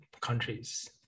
countries